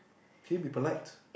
can you be polite